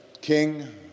King